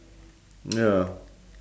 ya